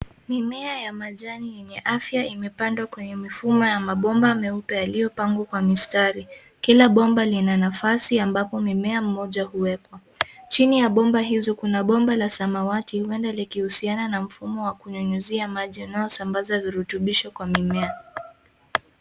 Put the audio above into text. Mimea ya majani yenye afya imepandwa kwenye mifumo ya mabomba meupe yaliyopangwa kwa mistari, kila bomba lina nafasi ambapo mimea moja huwekwa. Chini ya bomba hizo kuna bomba la samawati huenda likihusiana na mfumo wa kunyunyuzia maji unaosambaza virutubisho kwa mimea.